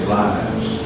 lives